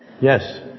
Yes